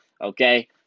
Okay